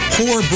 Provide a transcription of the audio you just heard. Poor